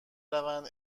روند